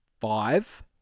five